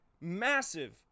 massive